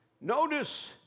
Notice